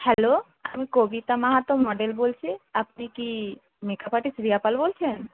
hello আমি Kabita Mahato model বলছি আপনি কি মেকাপ আর্টিস্ট রিয়া পাল বলছেন